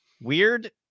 weird